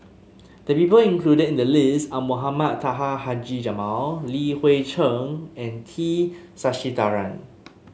the people included in the list are Mohamed Taha Haji Jamil Li Hui Cheng and T Sasitharan